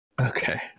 Okay